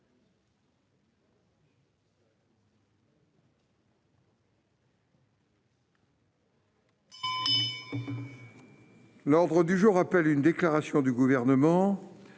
L'ordre du jour appelle une déclaration du gouvernement,